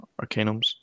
Arcanums